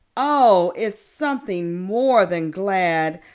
oh, it's something more than glad.